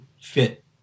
fit